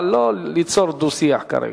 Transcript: אבל לא ליצור דו-שיח כרגע.